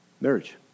Marriage